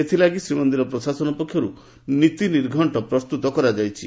ଏଥିଲାଗି ଶ୍ରୀମନ୍ଦିର ପ୍ରଶାସନ ପକ୍ଷରୁ ନୀତି ନିର୍ଘକ୍ଷ ପ୍ରସ୍ତତ କରାଯାଇଛି